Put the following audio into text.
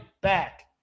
back